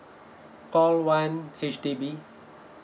call one H_D_B